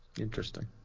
Interesting